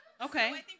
Okay